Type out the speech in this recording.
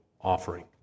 offering